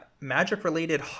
magic-related